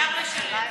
אפשר לשלב.